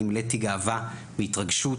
נמלאתי גאווה והתרגשות,